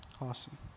Awesome